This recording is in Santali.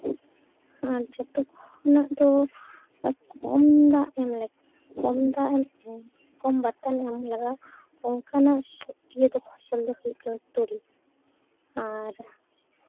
ᱟᱨ ᱡᱚᱛᱚ ᱠᱷᱚᱱᱟᱜ ᱫᱚ ᱠᱚᱢ ᱫᱟᱜ ᱮᱢ ᱞᱟᱹᱠᱛᱤ ᱠᱚᱢ ᱫᱟᱜ ᱮᱢ ᱠᱚᱢ ᱵᱟᱛᱟᱱ ᱮᱢ ᱞᱟᱜᱟᱜᱼᱟ ᱚᱱᱠᱟᱱᱟᱜ ᱤᱭᱟᱹ ᱫᱚ ᱯᱷᱚᱥᱚᱞ ᱫᱚ ᱦᱩᱭᱩᱜ ᱠᱟᱱᱟ ᱛᱩᱲᱤ ᱟᱨ